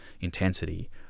intensity